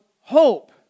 hope